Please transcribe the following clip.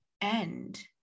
end